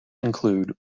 include